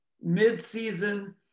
mid-season